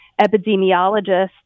epidemiologists